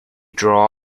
draw